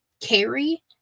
Carrie